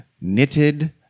knitted